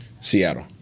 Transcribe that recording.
Seattle